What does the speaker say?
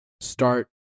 start